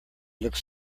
looked